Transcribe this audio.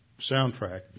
soundtrack